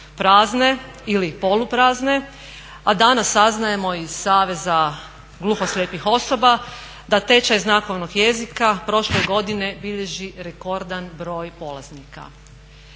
prazne ili poluprazne a danas saznajemo iz saveza gluhoslijepih osoba da tečaj znakovnog jezika prošle godine bilježi rekordan broj polaznika.